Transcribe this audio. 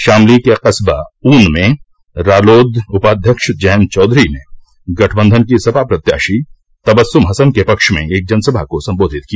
शामली के कस्बा ऊन में रालोद उपाध्यक्ष जयंत चौधरी ने गठबंधन की सपा प्रत्याशी तबस्सम हसन के पक्ष में एक जनसभा को संबोधित किया